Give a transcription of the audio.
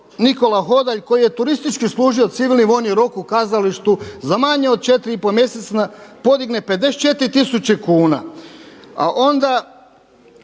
Nikola Hodalj koji je turistički služio civilni vojni rok u kazalištu za manje od 4,5 mjeseca, podigne 54 tisuće kuna.